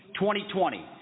2020